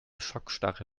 schockstarre